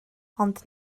ond